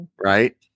Right